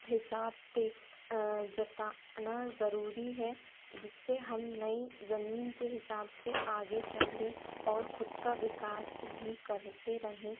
हिसाब से जताना जरूरी है जिससे हम नई जमीन के हिसाब से आगे चल लें और ख़ुद का विकास भी करते रहें